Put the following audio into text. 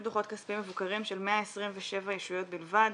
דוחות כספיים מבוקרים של 127 ישויות בלבד